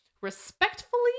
Respectfully